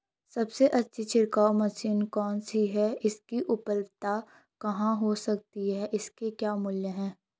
सबसे अच्छी छिड़काव मशीन कौन सी है इसकी उपलधता कहाँ हो सकती है इसके क्या मूल्य हैं?